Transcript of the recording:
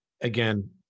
Again